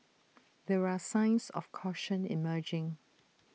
there are signs of caution emerging